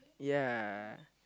ya